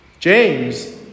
James